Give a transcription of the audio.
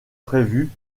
prévu